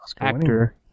actor